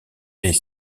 est